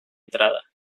entrada